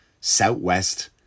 Southwest